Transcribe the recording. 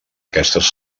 aquestes